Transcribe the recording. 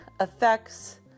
effects